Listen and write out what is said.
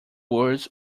words